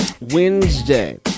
wednesday